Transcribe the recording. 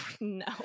No